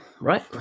Right